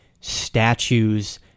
statues